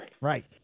Right